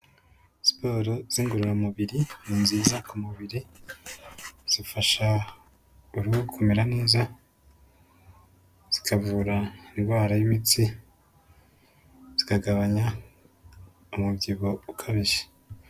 Siporo z'ingororamubiri ni nziza ku mubiri, zifasha uruhu kumera neza, zikavura indwara y'imitsi, zikagabanya umubyibuho ukabije.